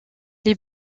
les